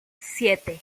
siete